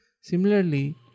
Similarly